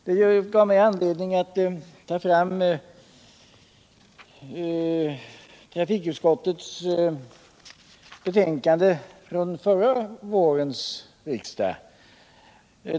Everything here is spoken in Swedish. Det gav mig anledning att ta fram trafikutskottets betänkande från förra vårriksdagen.